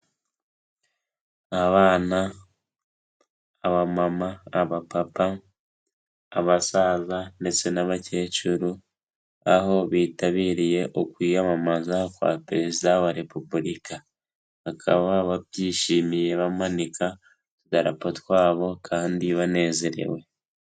Abana, abamama, abapapa, abasaza ndetse n'abakecuru aho bitabiriye ukwiyamamaza kwa Perezida wa Repubulika, bakaba babyishimiye bamanika utudarapo twabo kandi banezerewe.